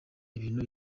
ibintu